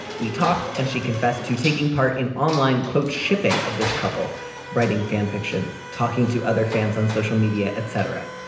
we talked and she confessed to taking part in online quote shipping of this couple writing fan fiction talking to other fans on social media etc.